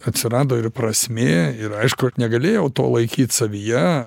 atsirado ir prasmė ir aišku negalėjau to laikyt savyje